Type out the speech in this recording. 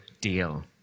deal